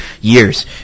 years